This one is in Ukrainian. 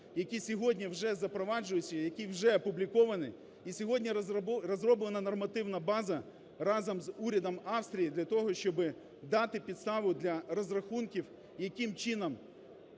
які сьогодні вже запроваджуються, які вже опубліковані і сьогодні розроблена нормативна база разом з урядом Австрії для того, щоб дати підставу для розрахунків, яким чином